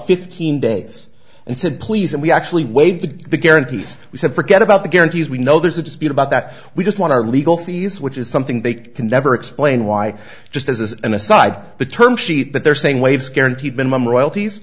fifteen days and said please and we actually weighed the guarantees we said forget about the guarantees we know there's a dispute about that we just want our legal fees which is something they can never explain why just as an aside the term sheet that they're saying waves guaranteed minimum royalties